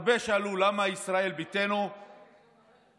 הרבה שאלו למה ישראל ביתנו החליטה